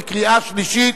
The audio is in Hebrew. בקריאה שלישית.